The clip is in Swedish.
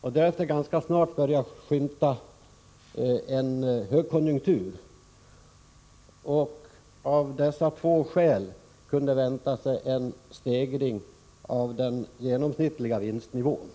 och därefter började vi skymta en högkonjunktur. Av dessa två skäl kunde man vänta sig en stegring av den genomsnittliga vinstnivån.